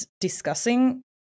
discussing